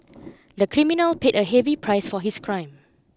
the criminal paid a heavy price for his crime